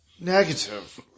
Negative